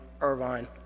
Irvine